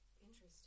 Interesting